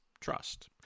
trust